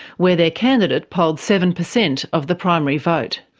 where their candidates polled seven percent of the primary vote.